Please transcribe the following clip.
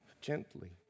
gently